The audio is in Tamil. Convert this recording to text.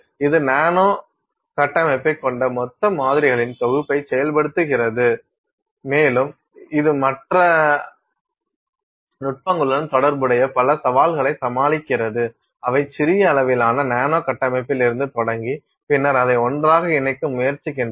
இது நானோ கட்டமைப்பைக் கொண்ட மொத்த மாதிரிகளின் தொகுப்பை செயல்படுத்துகிறது மேலும் இது மற்ற நுட்பங்களுடன் தொடர்புடைய பல சவால்களை சமாளிக்கிறது அவை சிறிய அளவிலான நானோ கட்டமைப்பிலிருந்து தொடங்கி பின்னர் அதை ஒன்றாக இணைக்க முயற்சிக்கின்றன